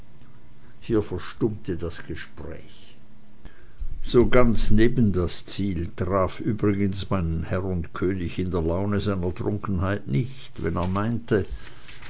hier verstummte das gespräch so ganz neben das ziel traf übrigens mein herr und könig in der laune seiner trunkenheit nicht wenn er meinte